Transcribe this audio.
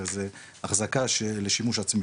הרי זה אחזקה לשימוש עצמי,